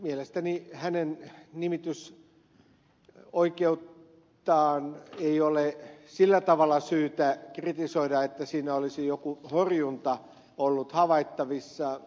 mielestäni hänen nimitysoikeuttaan ei ole sillä tavalla syytä kritisoida että siinä olisi joku horjunta ollut havaittavissa